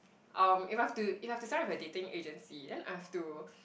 uh if I have to if I have to sign up a dating agency then I have to